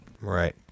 right